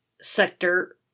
sector